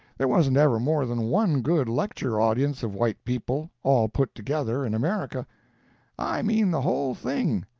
there wasn't ever more than one good lecture audience of white people, all put together, in america i mean the whole thing,